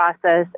process